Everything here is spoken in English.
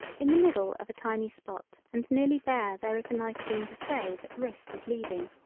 in the middle of a tiny spot and nearly bare there is a nice thing to say that wrist is leading.